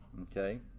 okay